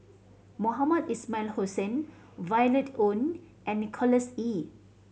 Mohamed Ismail Hussain Violet Oon and Nicholas Ee